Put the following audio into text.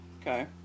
okay